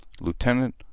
Lieutenant